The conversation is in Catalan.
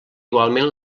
igualment